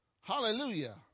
Hallelujah